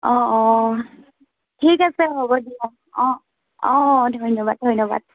অঁ অঁ ঠিক আছে হ'ব দিয়া অঁ অঁ ধন্যবাদ ধন্যবাদ